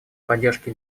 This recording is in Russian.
поддержки